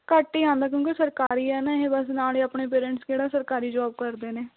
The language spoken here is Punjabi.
ਘੱਟ ਹੀ ਆਉਂਦਾ ਕਿਉਂਕਿ ਸਰਕਾਰੀ ਹੈ ਨਾ ਇਹ ਬਸ ਨਾਲ ਹੀ ਆਪਣੇ ਪੇਰੈਂਟਸ ਕਿਹੜਾ ਸਰਕਾਰੀ ਜੋਬ ਕਰਦੇ ਨੇ